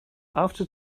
after